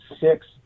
six